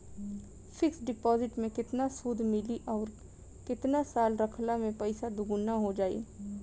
Fix deposit मे केतना सूद मिली आउर केतना साल रखला मे पैसा दोगुना हो जायी?